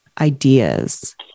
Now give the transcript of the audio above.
ideas